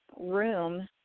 room